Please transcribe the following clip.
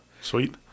sweet